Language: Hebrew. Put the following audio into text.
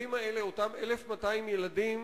הילדים האלה, אותם 1,200 ילדים,